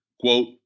Quote